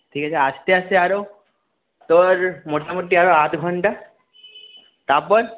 ঠিক আছে আসতে আসতে আরো তোর মোটামোটি আরো আধঘণ্টা তারপর